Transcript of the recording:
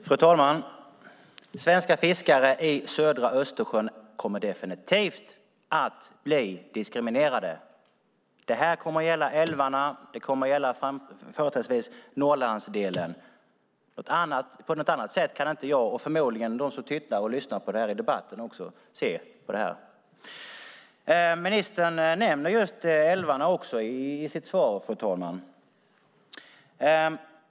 Fru talman! Svenska fiskare i södra Östersjön kommer definitivt att bli diskriminerade. Det kommer att gälla älvarna, företrädesvis Norrlandsdelen. På något annat sätt kan inte jag och förmodligen de som tittar och lyssnar på debatten se det. Ministern nämner älvarna i sitt tal, fru talman.